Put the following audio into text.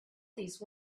these